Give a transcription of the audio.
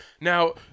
Now